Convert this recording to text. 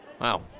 Wow